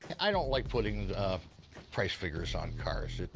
i don't like putting price figures on cars